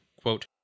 quote